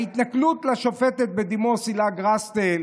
ההתנכלות לשופטת בדימוס הילה גרסטל,